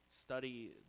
Study